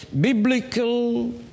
biblical